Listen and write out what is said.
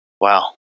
Wow